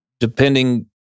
Depending